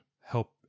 help